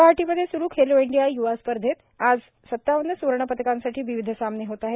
ग्वाहाटीमध्ये स्रू खेलो इंडीया य्वा स्पर्धेत आज सतावन्न स्वर्णपदकांसाठी विविध सामने होत आहेत